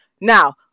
Now